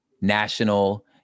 national